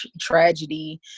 tragedy